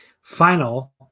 final